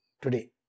today